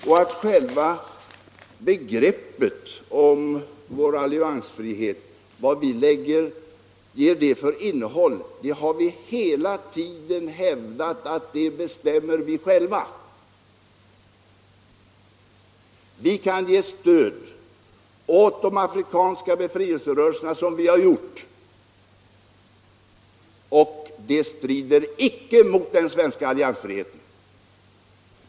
Vad vi ger själva begreppet alliansfrihet för innehåll har vi hela tiden hävdat att vi själva bestämmer. Vi kan ge stöd åt de afrikanska befrielserörelserna, som vi har gjort. Det strider icke mot den svenska alliansfriheten.